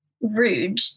rude